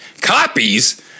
Copies